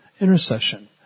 intercession